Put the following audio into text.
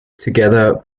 together